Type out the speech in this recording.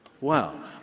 Wow